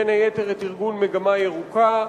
בין היתר את ארגון "מגמה ירוקה",